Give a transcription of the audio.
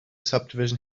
subdivision